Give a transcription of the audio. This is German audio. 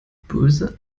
böse